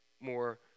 more